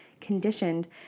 conditioned